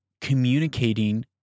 communicating